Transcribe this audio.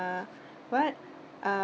uh what uh